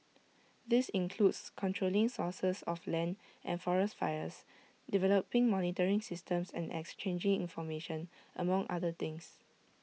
this includes controlling sources of land and forest fires developing monitoring systems and exchanging information among other things